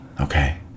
okay